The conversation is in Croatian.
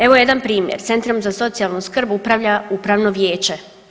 Evo jedan primjer, Centrom za socijalnu skrb upravlja upravno vijeće.